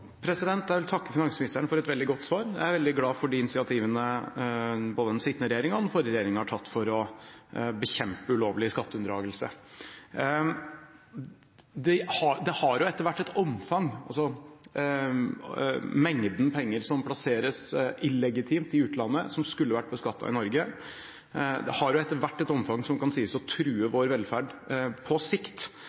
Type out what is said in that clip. Jeg vil takke finansministeren for et veldig godt svar. Jeg er veldig glad for de initiativene både den sittende regjering og den forrige regjering har tatt for å bekjempe ulovlig skatteunndragelse. Mengden penger som plasseres illegitimt i utlandet, og som skulle vært beskattet i Norge, har etter hvert et omfang som kan sies å true vår velferd på sikt.